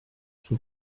sul